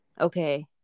Okay